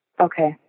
Okay